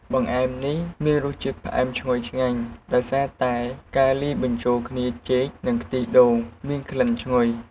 បង្អែមនេះមានរសជាតិផ្អែមឈ្ងុយឆ្ងាញ់ដោយសារតែការលាយបញ្ចូលគ្នាចេក និងខ្ទិះដូងមានក្លិនឈ្ងុយ។